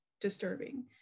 disturbing